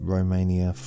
Romania